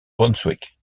brunswick